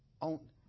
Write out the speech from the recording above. on